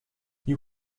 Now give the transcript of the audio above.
you